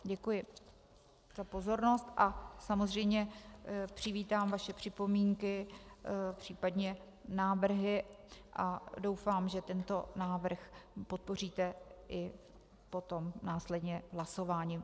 Děkuji za pozornost a samozřejmě přivítám vaše připomínky, případně návrhy, a doufám, že tento návrh podpoříte i potom následně hlasováním.